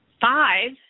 Five